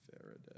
Faraday